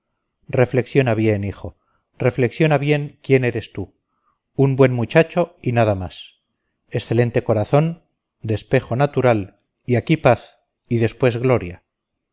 reflexiona bien hijo reflexiona bien quién eres tú un buen muchacho y nada más excelente corazón despejo natural y aquí paz y después gloria